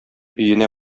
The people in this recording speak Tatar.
өенә